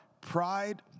Pride